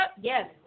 Yes